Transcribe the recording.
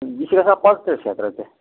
یہِ چھُ گژھان پانٛژھ تٕرٛہ شَتھ رۄپیہِ